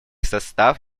состав